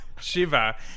Shiva